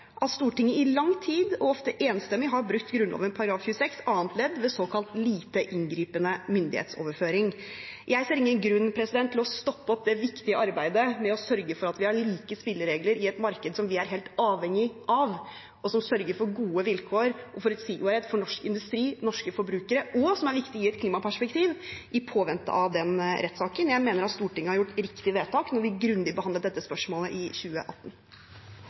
at Stortinget i lang tid, og ofte enstemmig, har brutt Grunnloven § 26 annet ledd ved såkalt lite inngripende myndighetsoverføring. Jeg ser ingen grunn til å stoppe det viktige arbeidet med å sørge for at vi har like spilleregler i et marked som vi er helt avhengige av, og som sørger for gode vilkår og forutsigbarhet for norsk industri og norske forbrukere, også i et klimaperspektiv, i påvente av den rettssaken. Jeg mener at Stortinget gjorde et riktig vedtak da vi grundig behandlet dette spørsmålet i 2018.